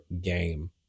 game